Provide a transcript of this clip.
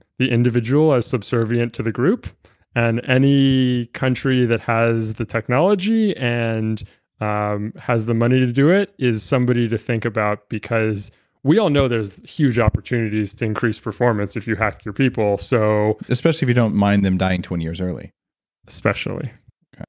the individual as subservient to the group and any country that has the technology and um has the money to to do it is somebody to think about because we all know there are huge opportunities to increase performance if you hack your people, so especially if you don't mind them dying twenty years early especially